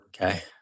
Okay